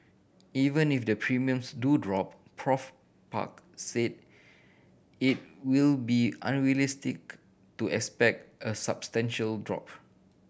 even if the premiums do drop Prof Park said it will be unrealistic to expect a substantial drop